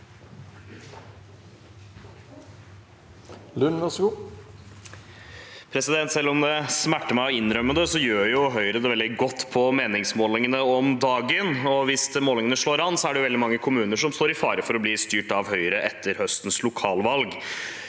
Lund (R) Selv om det smerter meg å innrømme det, gjør Høyre det veldig godt på meningsmålingene om dagen, og hvis målingene slår an, er det veldig mange kommuner som står i fare for å bli styrt av Høyre etter høstens lokalvalg.